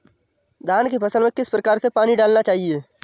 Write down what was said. धान की फसल में किस प्रकार से पानी डालना चाहिए?